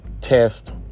test